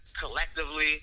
collectively